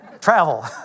travel